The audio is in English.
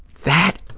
that,